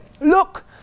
Look